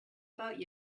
about